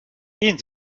gehen